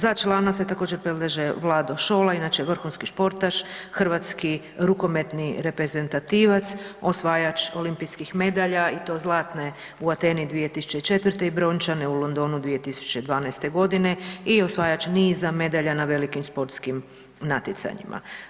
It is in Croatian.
Za člana se također predlaže Vlado Šola, inače vrhunski športaš, hrvatski rukometni reprezentativac, osvajač olimpijskih medalja i to zlatne u Ateni 2004. i brončane u Londonu 2012. g. i osvajača niza medalja na velikim sportskim natjecanjima.